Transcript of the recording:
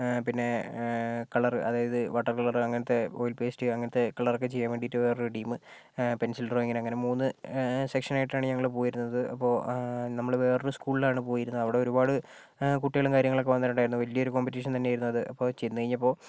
പിന്നെ കളർ അതായത് water colour അങ്ങനത്തെ ഓയിൽ പേസ്റ്റ് അങ്ങനത്തെ കളറൊക്കെ ചെയ്യാൻ വേണ്ടിയിട്ട് വേറൊരു ടീം പെൻസിൽ ഡ്രോയിങ്ങിന് അങ്ങനെ മൂന്ന് സെക്ഷൻ ആയിട്ടാണ് ഞങ്ങൾ പോയിരുന്നത് അപ്പോൾ നമ്മൾ വേറെ സ്കൂളിലാണ് പോയിരുന്നത് അവിടെ ഒരുപാട് കുട്ടികളും കാര്യങ്ങളൊക്കെ വന്നിട്ടുണ്ടായിരുന്നു വലിയൊരു കോമ്പറ്റീഷൻ തന്നെയായിരുന്നു അത് അപ്പം ചെന്ന് കഴിഞ്ഞപ്പോൾ